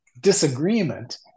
disagreement